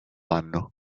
anno